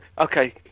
Okay